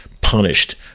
punished